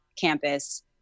campus